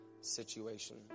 situation